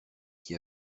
qui